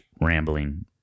rambling